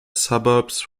suburbs